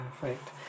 perfect